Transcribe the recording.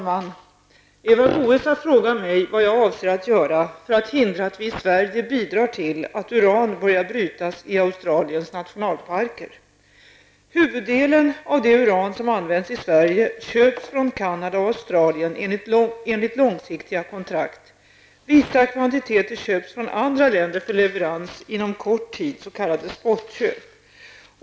Herr talman! Eva Goe s har frågat mig vad jag avser att göra för att hindra att vi i Sverige bidrar till att uran börjar brytas i Australiens nationalparker. Huvuddelen av det uran som används i Sverige köps från Canada och Australien enligt långsiktiga kontrakt. Vissa kvantiteter köps från andra länder för leverans inom kort tid, s.k. spotköp.